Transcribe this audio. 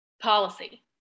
policy